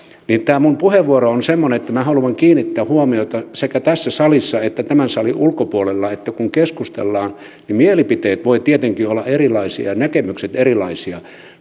tämä minun puheenvuoroni on semmoinen että minä haluan kiinnittää huomiota sekä tässä salissa että tämän salin ulkopuolella siihen että kun keskustellaan niin mielipiteet voivat tietenkin olla erilaisia ja näkemykset erilaisia